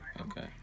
Okay